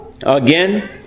again